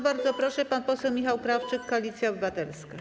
Bardzo proszę, pan poseł Michał Krawczyk, Koalicja Obywatelska.